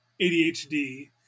ADHD